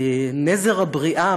נזר הבריאה,